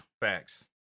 Facts